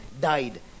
died